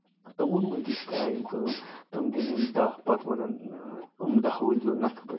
تِمَو منٛز تہِ چھِ یِم کران کٲم تِم دِنۍ یِم دہ پَتہٕ وَنَن یِم دہ وٲلِو نَکھٕ پٔتھۍ